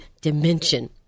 dimension